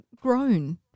grown